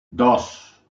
dos